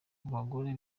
bagore